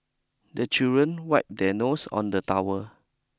the children wipe their nose on the towel